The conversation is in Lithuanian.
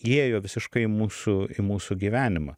įėjo visiškai į mūsų į mūsų gyvenimą